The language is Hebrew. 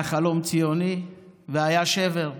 היה חלום ציוני והיה שבר.